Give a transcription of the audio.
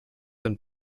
and